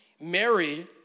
Mary